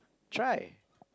try